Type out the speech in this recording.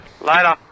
later